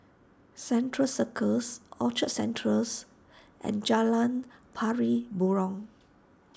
Central Circus Orchard Centrals and Jalan Pari Burong